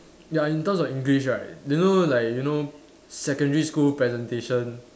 ya in terms of English right you know like you know secondary school presentation